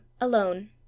alone